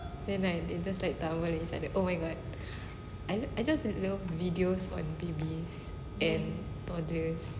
then like they just like towel inside the oh my god I just look videos on babies and toddlers